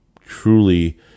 truly